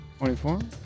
24